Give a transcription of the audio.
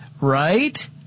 right